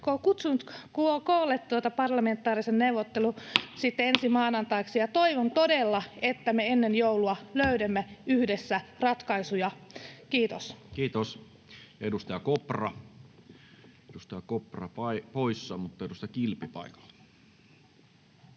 kutsunut koolle parlamentaarisen neuvottelun ensi maanantaiksi, ja toivon todella, että me ennen joulua löydämme yhdessä ratkaisuja. — Kiitos. Kiitos. — Ja edustaja Kopra, edustaja Kopra poissa.